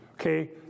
Okay